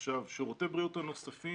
שירותי הבריאות הנוספים,